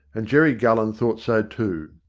and jerry gullen thought so too.